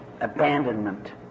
abandonment